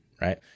right